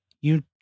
You